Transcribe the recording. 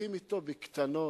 משחקים אתו בקטנות,